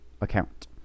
account